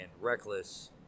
Reckless